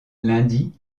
lundi